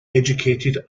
educated